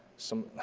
some,